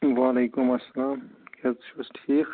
وعلیکُم اسلام تُہۍ چھُو حظ ٹھیٖک